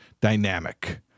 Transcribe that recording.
dynamic